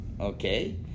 Okay